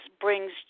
brings